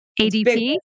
ADP